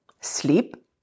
sleep